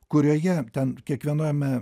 kurioje ten kiekviename